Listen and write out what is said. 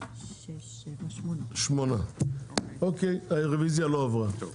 הצבעה בעד 3, נגד 8. הרביזיה נדחתה.